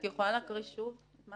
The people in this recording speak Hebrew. זה